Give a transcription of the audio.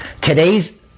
today's